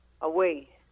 away